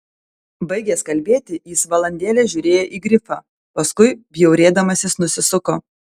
baigęs kalbėti jis valandėlę žiūrėjo į grifą paskui bjaurėdamasis nusisuko